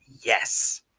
yes